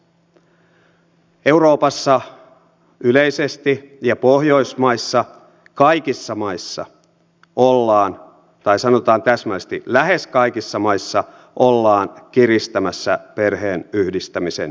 euroopassa yleisesti ja pohjoismaissa kaikissa maissa tai sanotaan täsmällisesti että lähes kaikissa maissa ollaan kiristämässä perheenyhdistämisen ehtoja